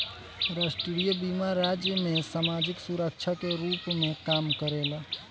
राष्ट्रीय बीमा राज्य में सामाजिक सुरक्षा के रूप में काम करेला